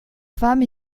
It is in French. femme